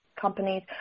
companies